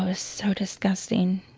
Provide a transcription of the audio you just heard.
ah so disgusting,